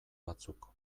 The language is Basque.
batzuk